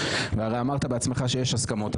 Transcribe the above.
והרי אמרת בעצמך שיש הסכמות,